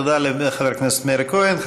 תודה לחבר הכנסת מאיר כהן.